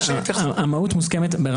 המהות מוסכמת.